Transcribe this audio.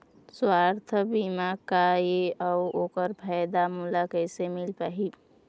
सुवास्थ बीमा का ए अउ ओकर फायदा मोला कैसे मिल पाही?